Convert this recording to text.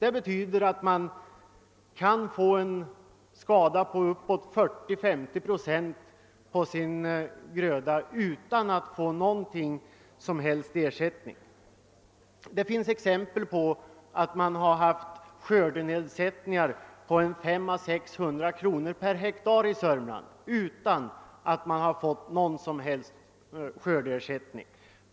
En lantbrukare kan lida en 40—50-procentig skada på sin gröda utan att få någon som helst ersättning. Det finns i Sörmland exempel på skördeförluster på 500—600 kronor per hektar utan att någon som helst skördeskadeersättning har utgått.